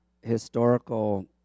historical